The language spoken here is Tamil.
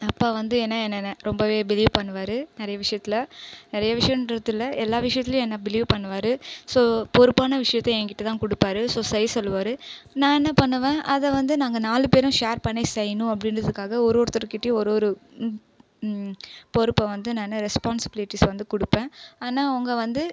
அப்பா வந்து ஏன்னால் என்ன ரொம்பவே பிலிவ் பண்ணுவாரு நிறைய விஷயத்துல நிறைய விஷயம்ன்றது இல்லை எல்லா விஷயத்துலயும் என்ன பிலிவ் பண்ணுவாரு ஸோ பொறுப்பான விஷயத்த ஏங்கிட்ட தான் கொடுப்பாரு ஸோ செய்ய சொல்லுவாரு நான் என்ன பண்ணுவேன் அதை வந்து நாங்கள் நாலு பேரும் ஷேர் பண்ணி செய்யணும் அப்படின்றதுக்காக ஒரு ஒருத்தர்கிட்டயும் ஒரு ஒரு பொறுப்பை வந்து நானு ரெஸ்பான்சிபிலிட்டிஸை வந்து கொடுப்பேன் ஆனால் அவங்க வந்து